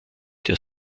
der